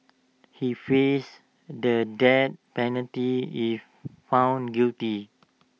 he faces the death penalty if found guilty